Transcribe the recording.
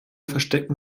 verstecken